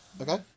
Okay